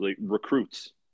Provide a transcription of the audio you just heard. recruits